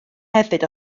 hefyd